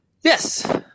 Yes